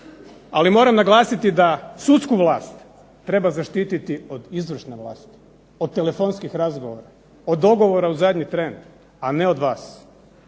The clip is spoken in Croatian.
ali moram naglasiti da sudsku vlast treba zaštititi od izvršne vlasti, od telefonskih razgovora, od dogovora u zadnji tren, a ne od vas,